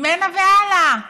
ממנה והלאה.